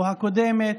הקודמת.